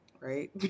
right